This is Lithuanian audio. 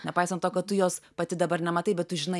nepaisant to kad tu jos pati dabar nematai bet tu žinai